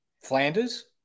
Flanders